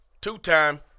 two-time